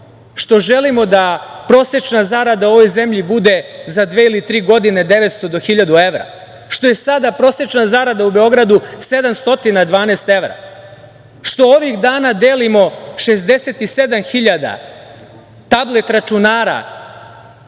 što želimo da prosečna zarada u ovoj zemlji bude za dve ili tri godine devetsto do hiljadu evra, što je sada prosečna zarada u Beogradu 712 evra, što ovih dana delimo 67.000 tablet računara